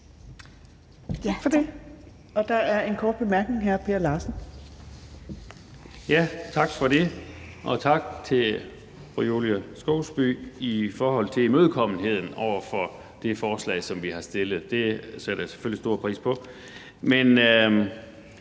Tak for det. Der er en kort bemærkning fra hr. Per Larsen. Kl. 11:52 Per Larsen (KF): Tak for det, og tak til fru Julie Skovsby i forhold til imødekommenheden over for det forslag, som vi har fremsat. Det sætter jeg selvfølgelig stor pris på. Men